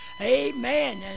Amen